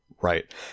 Right